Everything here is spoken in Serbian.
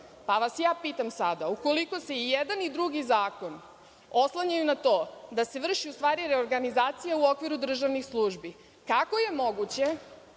vas sada - ukoliko se i jedan i drugi zakon oslanjaju na to da se vrši u stvari reorganizacija u okviru državnih službi, kako je moguće